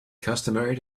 customary